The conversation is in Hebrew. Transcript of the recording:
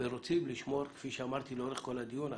ורוצים לשמור כפי שאמרתי לאורך כל הדיון,